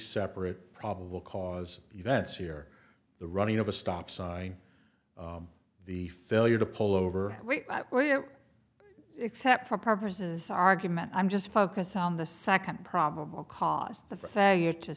separate probable cause events here the running of a stop sign the failure to pull over or you except for purposes of argument i'm just focus on the second probable cause the failure to